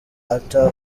ata